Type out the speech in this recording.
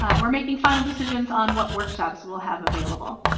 ah we're making final decisions on what workshops we'll have available.